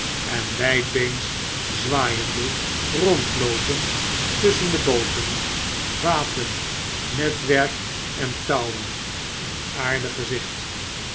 en wgdbeens zwaaiende rondloopen tusschen de booten vaten netwerk en touwen een aardig gezicht